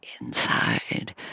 inside